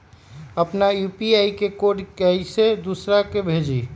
अपना यू.पी.आई के कोड कईसे दूसरा के भेजी?